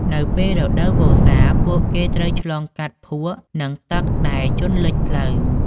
នៅពេលរដូវវស្សាពួកគេត្រូវឆ្លងកាត់ភក់និងទឹកដែលជន់លិចផ្លូវ។